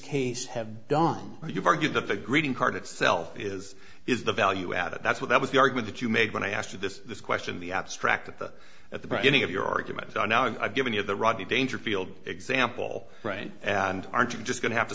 case have done or you've argued that the greeting card itself is is the value added that's what that was the argument that you made when i asked you this question the abstract at the at the beginning of your argument so now i've given you the rodney dangerfield example right and aren't you just going to have to